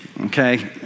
Okay